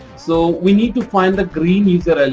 so we need to find the green user and